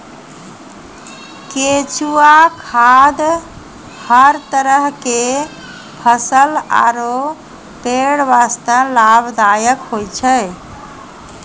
केंचुआ खाद हर तरह के फसल आरो पेड़ वास्तॅ लाभदायक होय छै